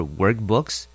workbooks